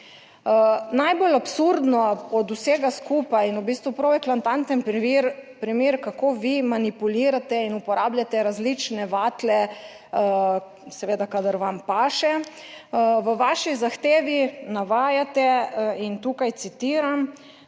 Najbolj absurdno od vsega skupaj in v bistvu prav eklatanten primer, primer kako vi manipulirate in uporabljate različne vatle, seveda kadar vam paše; v vaši zahtevi navajate, in tukaj citiram,